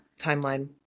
timeline